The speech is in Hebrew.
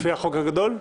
לפי החוק הגדול?